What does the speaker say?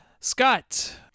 Scott